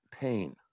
pain